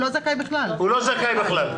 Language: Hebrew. הוא בכלל לא זכאי.